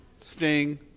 sting